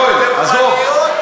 יואל, עזוב.